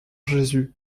jésus